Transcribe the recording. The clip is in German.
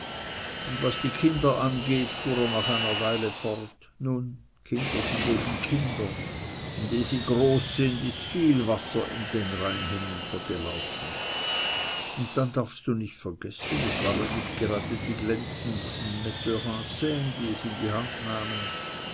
und was die kinder angeht fuhr er nach einer weile fort nun die kinder sind eben kinder und eh sie groß sind ist viel wasser den rhein hinuntergelaufen und dann darfst du nicht vergessen es waren nicht gerade die glänzendsten metteurs en scne die es in die hand nahmen